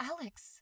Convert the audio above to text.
Alex